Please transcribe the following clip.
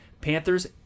Panthers